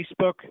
Facebook